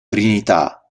trinità